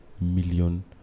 million